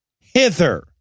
hither